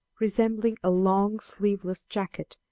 resembling a long sleeveless jacket,